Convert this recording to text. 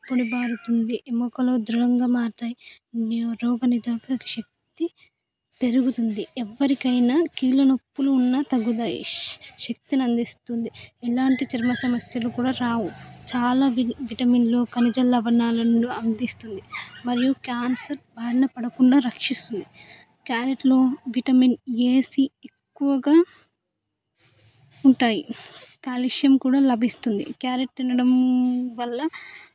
పొడిబారుతుంది మోకాళ్ళు దృఢంగా మారుతాయి రోగ నిరోధక శక్తి పెరుగుతుంది ఎవరికైనా కీళ్ళ నొప్పులు ఉన్న తగ్గుతాయి శక్తిని అందిస్తుంది ఎలాంటి చర్మ సమస్యలు కూడా రావు చాలా విటమిన్లు ఖనిజం లవణాలను అందిస్తుంది మరియు క్యాన్సర్ బారిన పడకుండా రక్షిస్తుంది క్యారెట్లో విటమిన్ ఏ సి ఎక్కువగా ఉంటాయి కాల్షియం కూడా లభిస్తుంది క్యారెట్ తినడం వల్ల